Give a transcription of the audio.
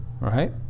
Right